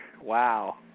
Wow